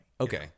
Okay